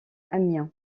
amiens